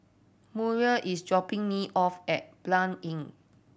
Muriel is dropping me off at Blanc Inn